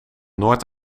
noord